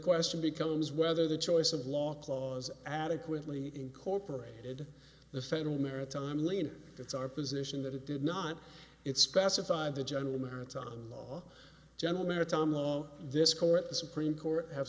question becomes whether the choice of law clause adequately incorporated the federal maritime law and it's our position that it did not it specified the general maritime law general maritime law this court the supreme court have